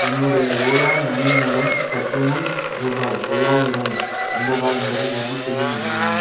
என்னுடைய ஓலா மனி மூலம் சற்றுமுன் ரூபாய் தொள்ளாயிரம் வந்ததா என்பதை உறுதிசெய்ய முடியுமா